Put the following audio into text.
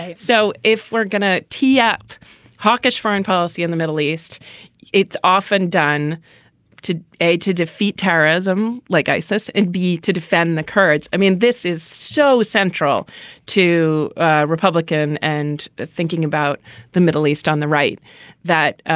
so if we're going to tee up hawkish foreign policy in the middle east it's often done to a to defeat terrorism like isis and b to defend the kurds. i mean this is so central to republican and thinking about the middle east on the right that